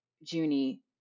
Junie